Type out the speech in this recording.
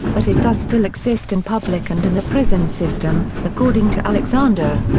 but it does still exist in public and in the prison system, according to alexander.